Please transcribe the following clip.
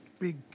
big